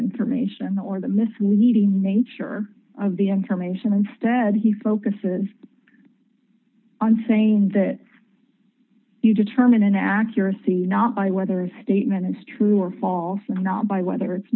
information or the misleading nature of the information instead he focuses on saying that you determine accuracy not by whether statement is true or false and not by whether it's